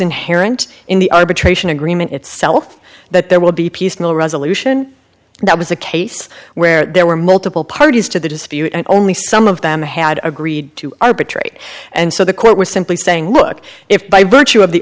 inherent in the arbitration agreement itself that there will be peace in the resolution that was a case where there were multiple parties to the dispute and only some of them had agreed to arbitrate and so the quote was simply saying look if by virtue of the